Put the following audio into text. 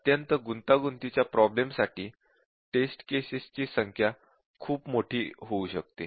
अत्यंत गुंतागुंतीच्या प्रॉब्लेम्ससाठी टेस्ट केसेस ची संख्या खूप मोठी होऊ शकते